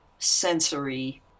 sensory